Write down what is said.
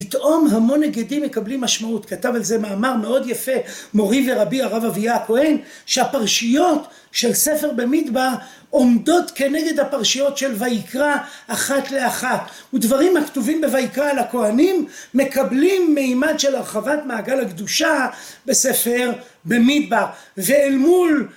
פתאום המון הגדים מקבלים משמעות, כתב על זה מאמר מאוד יפה מורי ורבי הרב אביה הכהן שהפרשיות של ספר במדבר עומדות כנגד הפרשיות של וייקרא אחת לאחת ודברים הכתובים בוייקרא על הכוהנים מקבלים מימד של הרחבת מעגל הקדושה בספר במדבר ואל מול